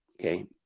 Okay